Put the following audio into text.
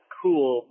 cool